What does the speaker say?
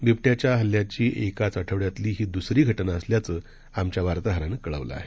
बिबट्याच्या हल्ल्याची एकाच आठवड्यातली ही दुसरी घटना असल्याचं आमच्या वार्ताहरानं कळवलं आहे